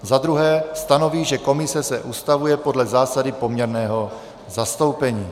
II. stanoví, že komise se ustavuje podle zásady poměrného zastoupení.